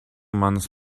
months